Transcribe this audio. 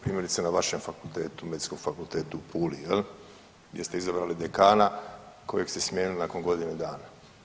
Primjerice na vašem fakultetu, Medicinskom fakultetu u Puli jel gdje ste izabrali dekana kojeg ste smijenili nakon godinu dana.